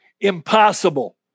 Impossible